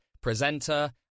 presenter